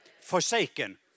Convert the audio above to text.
forsaken